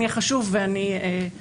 פה